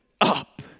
up